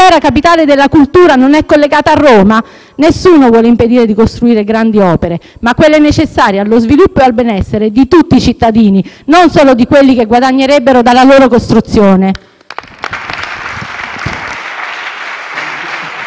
Matera, capitale della cultura, non è collegata a Roma? Nessuno vuole impedire di costruire grandi opere, ma quelle necessarie allo sviluppo e al benessere di tutti i cittadini e non solo di quelli che guadagnerebbero dalla loro costruzione!